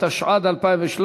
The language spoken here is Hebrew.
התשע"ד 2013,